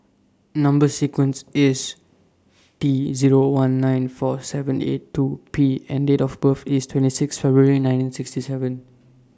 Number sequence IS T Zero one nine four seven eight two P and Date of birth IS twenty six February nineteen sixty seven